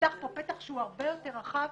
נפתח פה פתח שהוא הרבה יותר רחב.